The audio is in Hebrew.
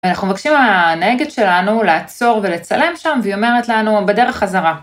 ‫ואנחנו מבקשים מהנהגת שלנו ‫לעצור ולצלם שם, ‫והיא אומרת לנו בדרך חזרה.